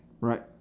right